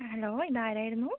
ആ ഹലോ ഇത് ആരായിരുന്നു